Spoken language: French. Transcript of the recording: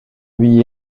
lui